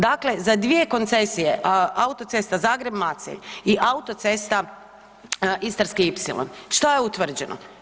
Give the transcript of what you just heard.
Dakle, za dvije koncesije autocesta Zagreb-Macelj i autocesta Istarski ipsilon, što je utvrđeno?